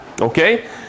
Okay